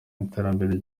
n’iterambere